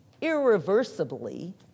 irreversibly